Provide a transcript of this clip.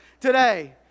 today